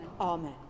Amen